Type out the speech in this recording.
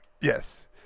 Yes